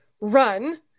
run